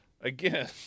Again